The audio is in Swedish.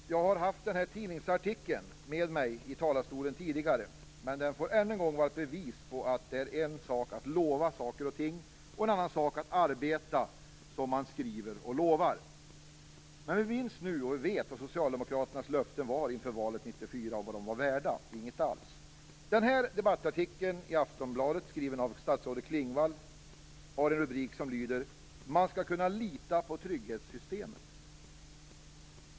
Jag har haft denna tidningsartikel med mig i talarstolen tidigare. Den får ännu en gång vara ett bevis på att det är en sak att lova saker och ting och en annan sak att arbeta som man skriver och lovar. Vi vet nu vad Socialdemokraternas löften inför valet 1994 var värda. Inget alls! Debattartikeln i Aftonbladet, skriven av statsrådet Klingvall, har en rubrik som lyder: Man skall kunna lita på trygghetssystemen.